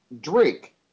drink